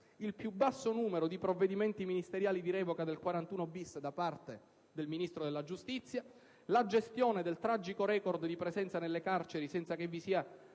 il più basso numero di provvedimenti ministeriali di revoca del 41-*bis* da parte del Ministro della giustizia, la gestione del tragico *record* di presenze nelle carceri senza che si sia